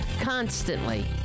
constantly